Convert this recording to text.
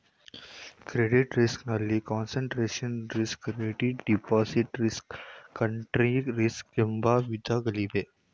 credit risk ನಲ್ಲಿ concentration risk, credit default risk, country risk ಎಂಬ ವಿಧಗಳಿವೆ